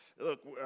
look